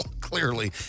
clearly